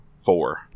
four